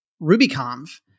RubyConf